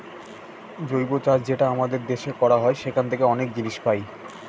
জৈব চাষ যেটা আমাদের দেশে করা হয় সেখান থাকে অনেক জিনিস পাই